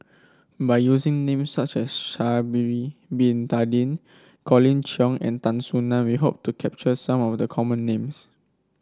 by using names such as Sha'ari Bin Tadin Colin Cheong and Tan Soo Nan we hope to capture some of the common names